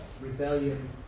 rebellion